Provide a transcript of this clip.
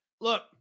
Look